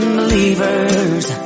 believers